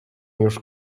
już